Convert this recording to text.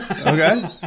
okay